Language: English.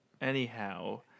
anyhow